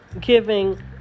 giving